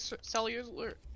cellular